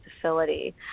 facility